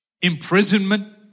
imprisonment